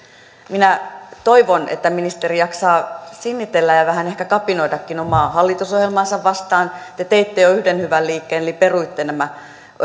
minä toivon että ministeri jaksaa sinnitellä ja vähän ehkä kapinoidakin omaa hallitusohjelmaansa vastaan te teitte jo yhden hyvän liikkeen eli peruitte nämä